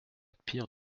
pire